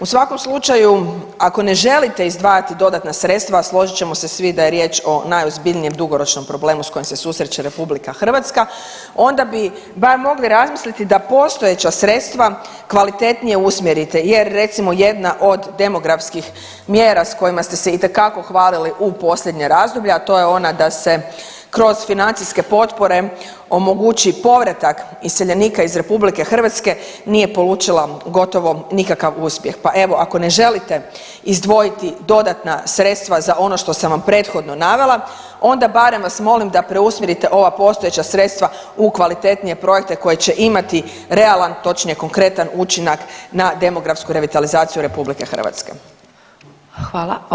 U svakom slučaju ako ne želite izdvajati dodatna sredstva, a složit ćemo se svi da je riječ o najozbiljnijem dugoročnom problemu sa kojim se susreće Republika Hrvatska onda bi bar mogli razmisliti da postojeća sredstva kvalitetnije usmjerite, jer recimo jedna od demografskih mjera sa kojima ste se itekako hvalili u posljednje razdoblje, a to je ona da se kroz financijske potpore omogući povratak iseljenika iz Republike Hrvatske nije polučila gotovo nikakav uspjeh, pa evo ako ne želite izdvojiti dodatna sredstva za ono što sam vam prethodno navela onda barem vas molim da preusmjerite ova postojeća sredstva u kvalitetnije projekte koje će imati realan, točnije konkretan učinak na demografsku revitalizaciju Republike Hrvatske.